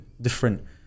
different